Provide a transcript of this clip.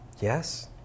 Yes